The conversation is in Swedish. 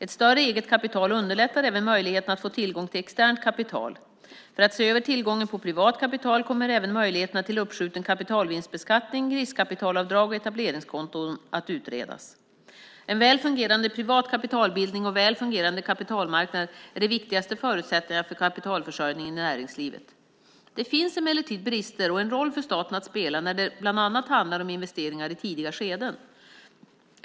Ett större eget kapital underlättar även möjligheterna att få tillgång till externt kapital. För att se över tillgången på privat kapital kommer även möjligheterna till uppskjuten kapitalvinstbeskattning, riskkapitalavdrag och etableringskonton att utredas. En väl fungerande privat kapitalbildning och väl fungerande kapitalmarknader är de viktigaste förutsättningarna för kapitalförsörjningen i näringslivet. Det finns emellertid brister och en roll för staten att spela bland annat när det handlar om investeringar i tidiga skeden.